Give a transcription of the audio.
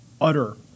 utter